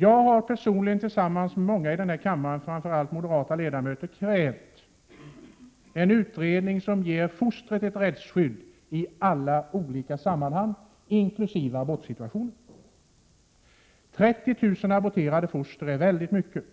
Jag har personligen tillsammans med många i denna kammare, framför allt moderata ledamöter, krävt en utredning som syftar till att ge fostret ett rättsskydd i alla olika sammanhang, inkl. abortsituationen. 30 000 aborterade foster är väldigt mycket.